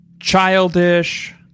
childish